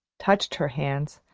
touched her hands,